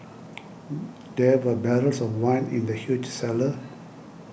there were barrels of wine in the huge cellar